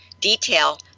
detail